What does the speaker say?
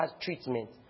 treatment